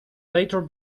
later